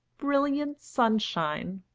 brilliant sunshine!